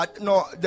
no